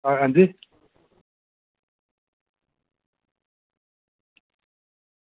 अंजी